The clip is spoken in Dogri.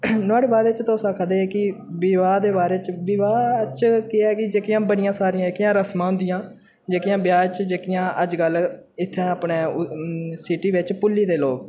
नुहाड़े बाच तुस आखा दे की विवाह दे बारे च विवाह च केह् ऐ की जेह्कियां बड़ियां सारियां जेह्कियां रस्मां होंदियां न जेह्कियां ब्याह च जेह्कियां अज्जकल इ'त्थें अपने सिटी बिच भु'ल्ली दे लोग